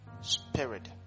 Spirit